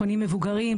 פונים מבוגרים,